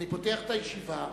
פותח את הישיבה,